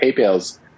PayPal's